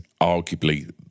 arguably